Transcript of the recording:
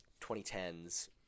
2010s